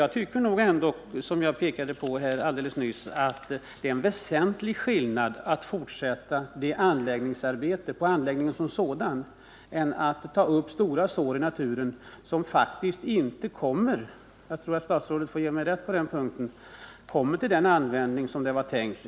Jag tycker nog ändå, som jag påpekade alldeles nyss, att det är en väsentlig skillnad mellan att fortsätta med arbetet på själva anläggningen och att ta upp stora sår i naturen, som faktiskt — jag tror att statsrådet får ge mig rätt på den punkten — inte kommer till den användning som först var tänkt.